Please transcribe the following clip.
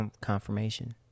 confirmation